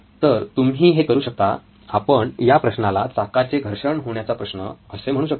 तर तुम्ही हे करू शकता आपण या प्रश्नाला चाकाचे घर्षण होण्याचा प्रश्न असे म्हणू शकतो